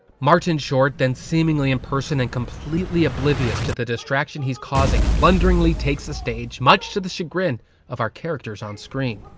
martin short, then seemingly in person and completely oblivious to the distraction he's causing blunderingly takes the stage, much to the chagrin of our characters on screen,